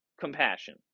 compassion